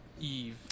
Eve